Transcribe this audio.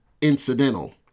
incidental